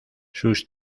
sus